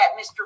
Mr